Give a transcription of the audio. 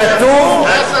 תשנו.